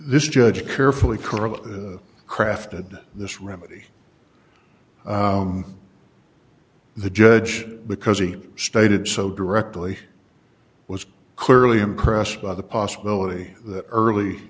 this judge carefully coral crafted this remedy the judge because he stated so directly was clearly impressed by the possibility that early